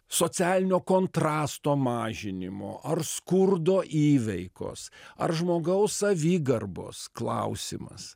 socialinio kontrasto mažinimo ar skurdo įveikos ar žmogaus savigarbos klausimas